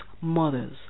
mothers